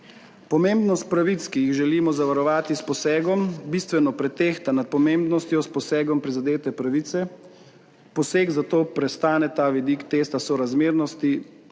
Pomembnost pravic, ki jih želimo zavarovati s posegom, bistveno pretehta nad pomembnostjo s posegom v prizadete pravice. Poseg, zato prestane ta vidik testa sorazmernosti,